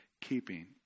keeping